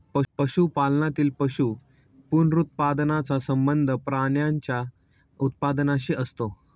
पशुपालनातील पशु पुनरुत्पादनाचा संबंध प्राण्यांच्या उत्पादनाशी असतो